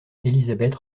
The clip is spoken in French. élisabeth